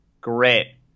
Great